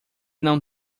não